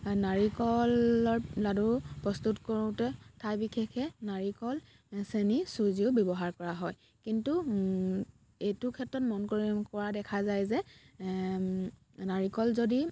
নাৰিকলৰ লাড়ু প্ৰস্তুত কৰোঁতে ঠাই বিশেষে নাৰিকল চেনি চুজিও ব্যৱহাৰ কৰা হয় কিন্তু এইটো ক্ষেত্ৰত মন কৰি কৰা দেখা যায় য়ে নাৰিকল যদি